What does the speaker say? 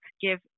give